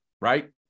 right